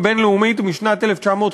הבין-לאומית בדבר מעמדם של פליטים משנת 1951,